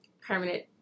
permanent